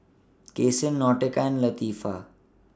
Cason Nautica Latifah